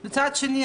מצד שני,